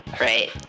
right